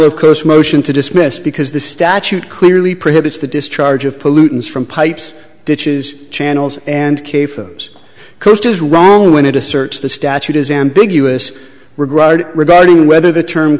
of coast motion to dismiss because the statute clearly prohibits the discharge of pollutants from pipes ditches channels and k phones coast is wrong when it asserts the statute is ambiguous regret regarding whether the term